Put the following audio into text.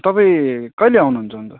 तपाईँ कहिले आउनुहुन्छ अन्त